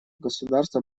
государства